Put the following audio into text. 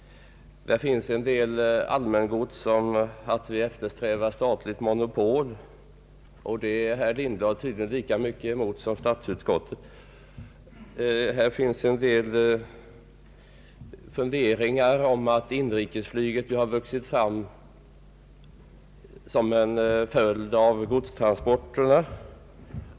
Där fanns en del allmängods om att vi eftersträvar statligt monopol — det är herr Lindblad tydligen emot lika mycket som statsutskottet. Det var en del funderingar om att inrikesflyget har vuxit fram som en följd av godstransporterna.